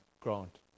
Grant